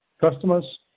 customers